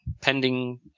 pending